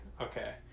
Okay